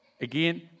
Again